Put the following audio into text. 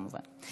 כמובן.